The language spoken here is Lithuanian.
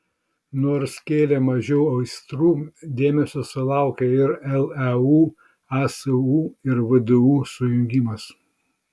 nors kėlė mažiau aistrų dėmesio sulaukė ir leu asu ir vdu sujungimas